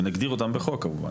שנגדיר אותם בחוק כמובן,